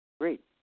Great